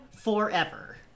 forever